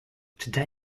today